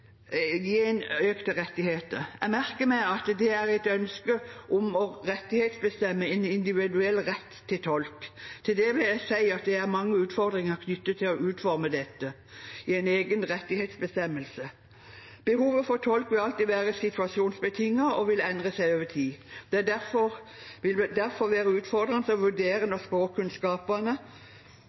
å rettighetsbestemme en individuell rett til tolk. Til det vil jeg si at det er mange utfordringer knyttet til å utforme dette i en egen rettighetsbestemmelse. Behovet for tolk vil alltid være situasjonsbetinget og vil endre seg over tid. Det vil derfor være utfordrende å vurdere når språkkunnskapene